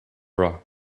bra